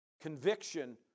Conviction